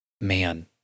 man